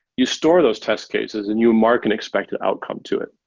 you store those test cases and you mark an expected outcome to it.